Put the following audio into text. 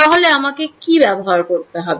তাহলে আমাকে কি ব্যবহার করতে হবে